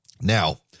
Now